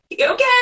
Okay